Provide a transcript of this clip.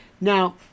Now